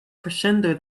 crescendo